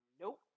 Nope